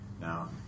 Now